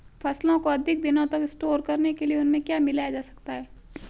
फसलों को अधिक दिनों तक स्टोर करने के लिए उनमें क्या मिलाया जा सकता है?